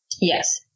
Yes